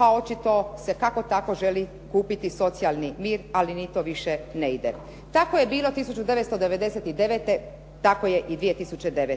a očito se kako tako želi kupiti socijalni mir ali ni to više ne ide. Tako je bilo 1999., tako je i 2009.